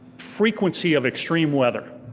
frequency of extreme weather.